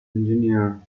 engineer